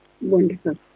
wonderful